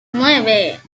nueve